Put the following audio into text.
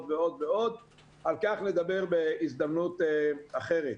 ועוד אבל על כך נדבר בהזדמנות אחרת.